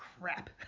crap